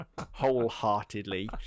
wholeheartedly